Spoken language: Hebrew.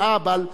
האהבל,